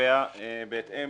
קובע בהתאם